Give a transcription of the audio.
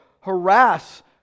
harass